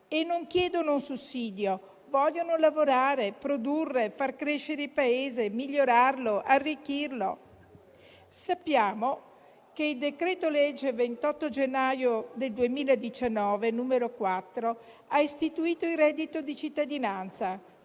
e non chiedono un sussidio: vogliono lavorare, produrre, far crescere il Paese, migliorarlo, arricchirlo. Sappiamo che il decreto-legge 28 gennaio 2019, n. 4, ha istituito il reddito di cittadinanza